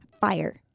fire